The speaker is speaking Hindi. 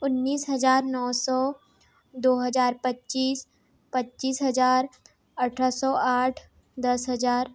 उन्नीस हज़ार नौ सौ दो हज़ार पच्चीस पच्चीस हज़ार अठारह सौ आठ दस हज़ार